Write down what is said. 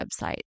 website